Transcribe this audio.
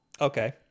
Okay